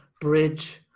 bridge